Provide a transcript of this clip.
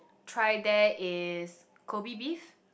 try there is Kobe beef